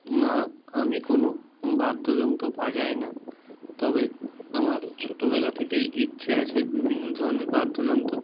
না আমি কোনো বাদ্যযন্ত্র বাজাই না তবে আমার ছোটোবেলা থেকেই ইচ্ছে আছে বিভিন্ন ধরণের বাদ্যযন্ত্র